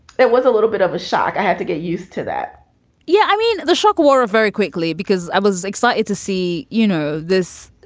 that was a little bit of a shock. i had to get used to that yeah i mean, the shock was very quickly because i was excited to see, you know, this